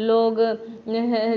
लोग